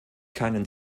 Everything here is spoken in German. keinen